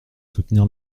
soutenir